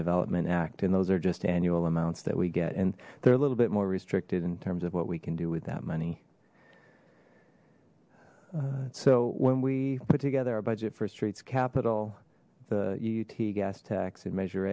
development act and those are just annual amounts that we get and they're a little bit more restricted in terms of what we can do with that money so when we put together our budget for streets capital the uut gas tax and measure